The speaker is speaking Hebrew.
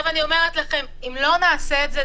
אני אומרת לכם שאם לא נעשה את זה,